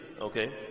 okay